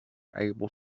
able